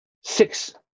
six